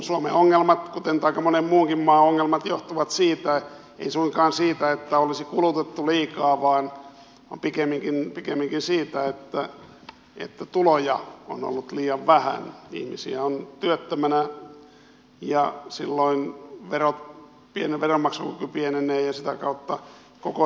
suomen ongelmat kuten nyt aika monen muunkin maan ongelmat eivät suinkaan johdu siitä että olisi kulu tettu liikaa vaan pikemminkin siitä että tuloja on ollut liian vähän ihmisiä on työttömänä ja silloin veronmaksukyky pienenee ja sitä kautta koko talous hidastuu